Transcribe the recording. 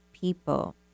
people